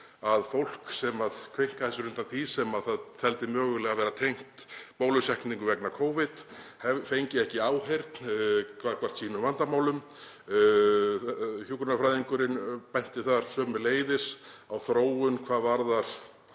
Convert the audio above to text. að fólk sem kveinkaði sér undan því sem það teldi mögulega vera tengt bólusetningum vegna Covid fengi ekki áheyrn gagnvart sínum vandamálum. Hjúkrunarfræðingurinn benti þar sömuleiðis á þróun hvað varðar